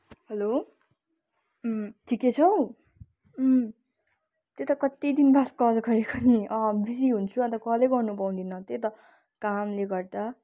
hello ठिकै छौ त्यही त कति दिन बाद कल गरेको नि बिजी हुन्छु अन्त कलै गर्नु पाउँदिनँ त्यही त कामले गर्दा